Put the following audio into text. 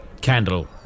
Candle